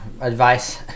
advice